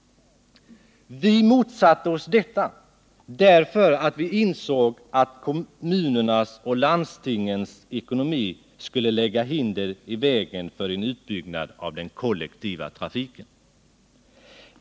Vi motsatte oss det, därför att vi insåg att kommunernas och landstingens ekonomi skulle lägga hinder i vägen för en utbyggnad av den kollektiva trafiken.